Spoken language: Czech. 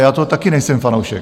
Já toho taky nejsem fanoušek.